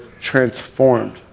transformed